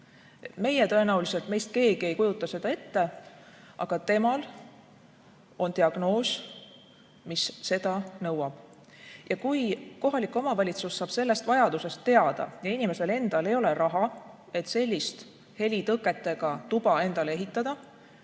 Tõenäoliselt meist keegi ei kujuta seda ette, aga temal on diagnoos, mis seda nõuab. Kui kohalik omavalitsus saab sellest vajadusest teada ja inimesel endal ei ole raha sellise helitõketega toa ehitamiseks,